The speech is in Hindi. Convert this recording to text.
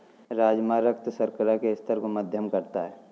राजमा रक्त शर्करा के स्तर को मध्यम करता है